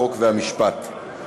חוק ומשפט.